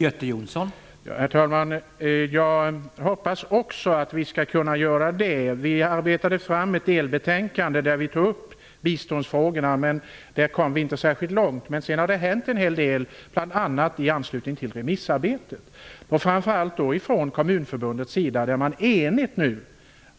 Herr talman! Också jag hoppas att vi skall kunna göra det. Vi arbetade fram ett delbetänkande där vi tog upp biståndsfrågorna men vi kom inte särskilt långt. Men sedan dess har det hänt en hel del, bl.a. i anslutning till remissarbetet och framför allt från Kommunförbundets sida. Ett enigt Kommunförbund